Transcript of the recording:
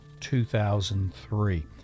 2003